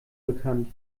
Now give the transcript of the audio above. bekannt